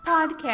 podcast